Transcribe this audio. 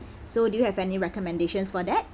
so do you have any recommendations for that